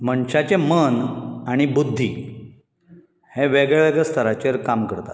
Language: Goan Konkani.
मनशाचें मन आनी बुध्दी हें वेगळ्या वेगळ्या स्थराचेर काम करतां